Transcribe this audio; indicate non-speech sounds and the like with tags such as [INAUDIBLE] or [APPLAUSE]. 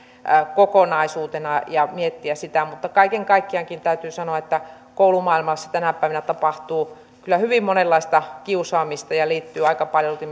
kokonaisuutena ja miettiä sitä mutta kaiken kaikkiaankin täytyy sanoa että koulumaailmassa tänä päivänä tapahtuu kyllä hyvin monenlaista kiusaamista ja se liittyy aika paljolti [UNINTELLIGIBLE]